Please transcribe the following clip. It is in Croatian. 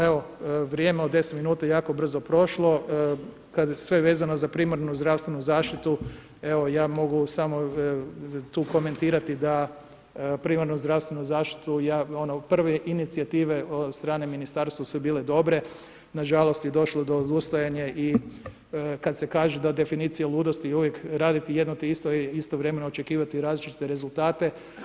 Evo, vrijeme od 10 minuta jako je brzo prošlo, kada je sve vezano za primarnu zdravstvenu zaštitu evo ja mogu samo tu komentirati da primarnu zdravstvenu zaštitu, prve inicijative od strane ministarstva su bile dobre, nažalost je došlo do odustajanja i kada se kaže da je definicija ludosti uvijek raditi jedno te isto i istovremeno očekivati različite rezultate.